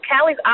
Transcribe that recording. Callie's